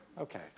Okay